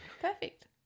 Perfect